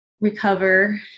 recover